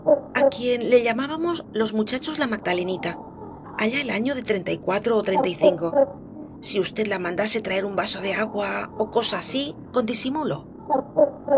quien le llamábamos los muchachos la magdalenita allá el año de treinta y cuatro o treinta y cinco i usted la mandase traer un vaso de agua ó cosa así con disimulo